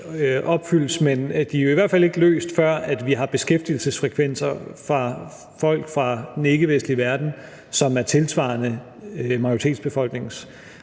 opfyldt, og de bliver i hvert fald ikke løst, før vi har beskæftigelsesfrekvenser for folk fra den ikkevestlige verden, som er tilsvarende majoritetsbefolkningens.